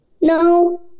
No